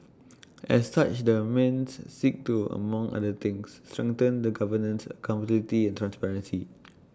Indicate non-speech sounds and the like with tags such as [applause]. [noise] as such the mends seek to among other things strengthen the governance accountability and transparency